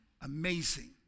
amazing